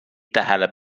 tähele